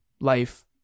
life